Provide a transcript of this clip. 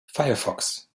firefox